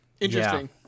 Interesting